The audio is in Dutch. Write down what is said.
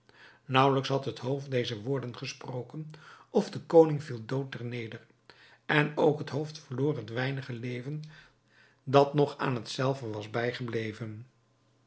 naauwelijks had het hoofd deze woorden gesproken of de koning viel dood ter neder en ook het hoofd verloor het weinige leven dat nog aan hetzelve was bijgebleven